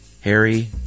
Harry